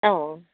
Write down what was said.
অঁ